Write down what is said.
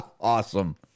awesome